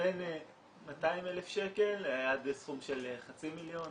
בין 200,000 שקל עד לסכום של חצי מיליון.